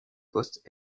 postes